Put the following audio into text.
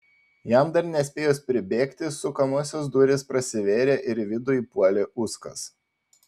jam dar nespėjus pribėgti sukamosios durys prasivėrė ir į vidų įpuolė uskas